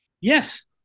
Yes